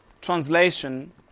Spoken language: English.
translation